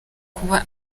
kuba